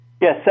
Yes